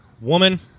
woman